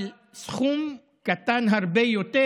אבל סכום קטן הרבה יותר